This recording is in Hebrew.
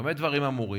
במה דברים אמורים?